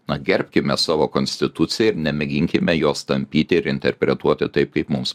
na gerbkime savo konstituciją ir nemėginkime jos tampyti ir interpretuoti taip kaip mums